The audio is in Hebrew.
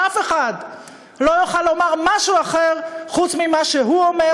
שאף אחד לא יוכל לומר משהו אחר חוץ ממה שהוא אומר,